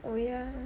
oh ya